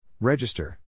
Register